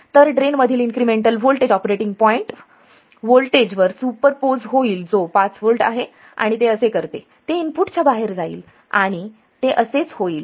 तर ड्रेन मधील incremental voltage operating point voltage वर सुपरपोज होईल जो 5 व्होल्ट आहे आणि ते असे करते ते इनपुटच्या बाहेर जाईल आणि ते असेच होईल